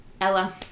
Ella